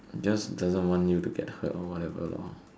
just doesn't want you to get hurt or whatever lor